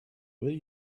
will